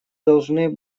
должны